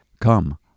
Come